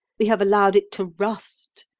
we have allowed it to rust,